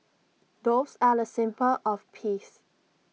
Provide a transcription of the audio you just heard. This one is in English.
doves are A symbol of peace